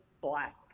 black